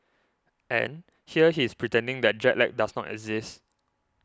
and here he is pretending that jet lag does not exist